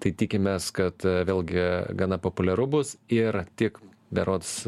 tai tikimės kad vėlgi gana populiaru bus ir tik berods